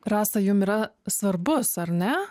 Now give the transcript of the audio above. rasa jum yra svarbus ar ne